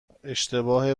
اشتباه